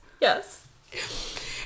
Yes